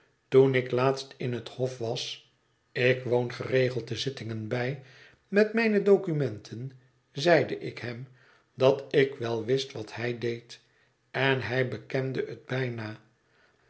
toen ik laatst in het hof was ik woon geregeld de zittingen bij met mijne documenten zeide ik hem dat ik wel wist wat hij deed en hij bekende het bijna